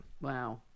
Wow